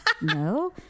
no